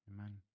Amen